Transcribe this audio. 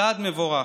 צעד מבורך.